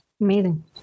amazing